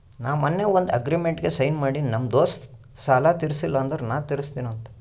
ನಾ ಮೊನ್ನೆ ಒಂದ್ ಅಗ್ರಿಮೆಂಟ್ಗ್ ಸೈನ್ ಮಾಡಿನಿ ನಮ್ ದೋಸ್ತ ಸಾಲಾ ತೀರ್ಸಿಲ್ಲ ಅಂದುರ್ ನಾ ತಿರುಸ್ತಿನಿ ಅಂತ್